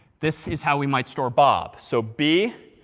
this is how we might store bob. so b,